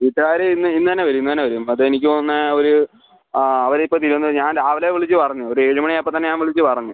വീട്ടുകാർ ഇന്ന് ഇന്ന് തന്നെ വരും ഇന്ന് തന്നെ വരും അത് എനിക്ക് തോന്നുന്നത് അവർ ആ അവർ ഇപ്പോൾ തിരുവനന്തപുരം ഞാൻ രാവിലെ വിളിച്ച് പറഞ്ഞു ഒരു ഏഴ് മണി ആയപ്പോൾത്തന്നെ ഞാൻ വിളിച്ച് പറഞ്ഞു